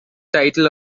title